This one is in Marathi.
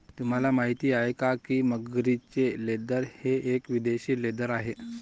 तुम्हाला माहिती आहे का की मगरीचे लेदर हे एक विदेशी लेदर आहे